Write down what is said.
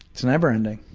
it's never ending.